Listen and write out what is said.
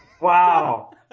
Wow